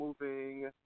moving